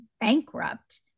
bankrupt